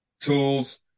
tools